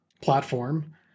platform